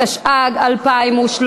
התשע"ג 2013,